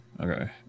okay